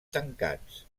tancats